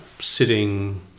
sitting